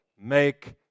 make